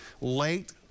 late